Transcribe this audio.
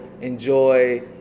enjoy